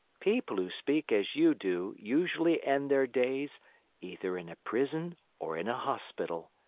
people who speak as you do usually end their days either in a prison or in a hospital.